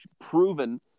proven